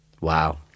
Wow